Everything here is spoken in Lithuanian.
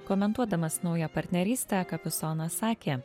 komentuodamas naują partnerystę kapisonas sakė